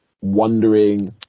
wondering